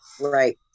Right